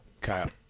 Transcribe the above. Kyle